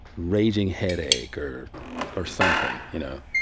raging headache or or something, you know.